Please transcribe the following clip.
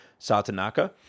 satanaka